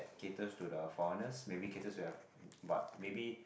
caters to the foreigners maybe caters to have but maybe